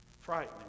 Frightening